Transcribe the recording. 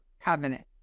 covenant